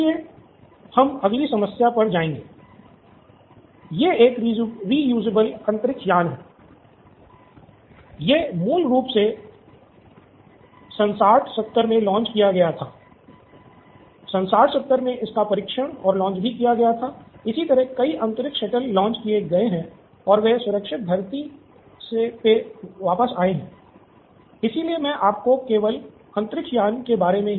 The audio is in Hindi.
इसलिए हम अगली समस्या पर जाएंगे